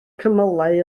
cymylau